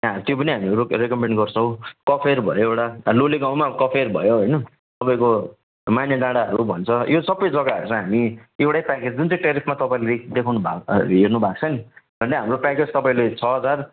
त्यहाँ त्यो पनि हामी रोक रेकोमेन्ड गर्छौँ कफेर भयो एउटा लोलेगाउँमा कफेर भयो होइन तपाईँको मानेडाँडाहरू भन्छ यो सबै जग्गाहरू हामी एउटै प्याकेज जुन चाहिँ टेरिफमा तपाईँले रिक देखाउनुभएको हेर्नुभएको छ नि धन्यै हाम्रो प्याकेज तपाईँले छ हजार